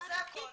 זה הכל.